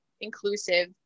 inclusive